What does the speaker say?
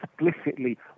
explicitly